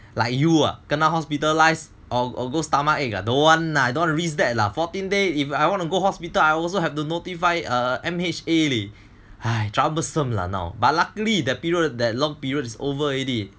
like you are kena hospitalized or go stomachache don't want lah don't want risk that law fourteen day if I want to go hospital I also have to notify M_H_A leh troublesome lah now but luckily the period that long periods over already